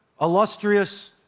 illustrious